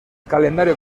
calendario